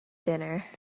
dinner